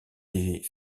des